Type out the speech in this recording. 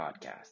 Podcast